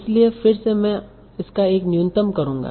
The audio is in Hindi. इसलिए फिर से मैं इसका एक न्यूनतम करूंगा